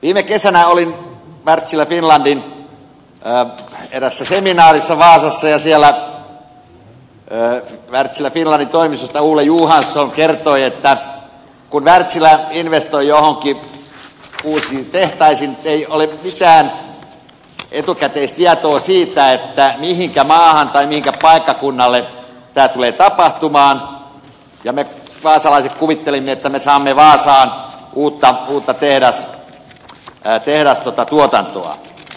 viime kesänä olin wärtsilä finlandin eräässä seminaarissa vaasassa ja siellä wärtsilä finlandin toimistosta ole johansson kertoi että kun wärtsilä investoi joihinkin uusiin tehtaisiin ei ole mitään etukäteistietoa siitä missä maassa tai millä paikkakunnalla tämä tulee tapahtumaan me vaasalaiset kuvittelimme että me saamme vaasaan uutta tehdastuotantoa